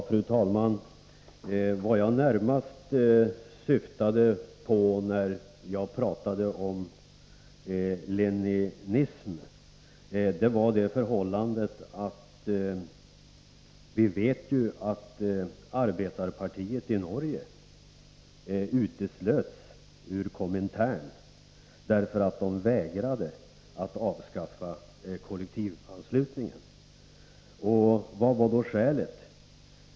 Fru talman! Vad jag närmast syftade på när jag pratade om leninismen var det förhållandet att arbetarpartiet i Norge uteslöts ur Komintern därför att man vägrade att avskaffa kollektivanslutningen. Vilket var då skälet?